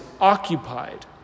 occupied